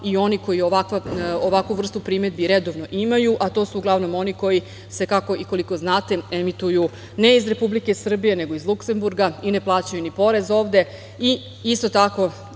i oni koji ovakvu vrstu primedbi redovno imaju, a to su uglavnom oni koji se, kako i koliko znate, emituju ne iz Republike Srbije, nego iz Luksemburga i ne plaćaju ni porez ovde i isto tako